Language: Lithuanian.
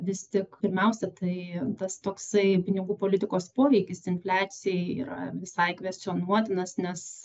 vis tik pirmiausia tai tas toksai pinigų politikos poveikis infliacijai yra visai kvestionuotinas nes